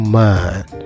mind